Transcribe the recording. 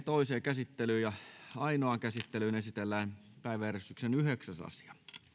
toiseen käsittelyyn ja ainoaan käsittelyyn esitellään päiväjärjestyksen yhdeksäs asia nyt